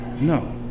no